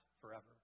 forever